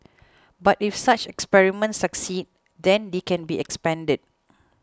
but if such experiments succeed then they can be expanded